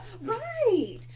right